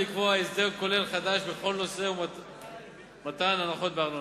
לקבוע הסדר כולל חדש בכל נושא ומתן הנחות בארנונה.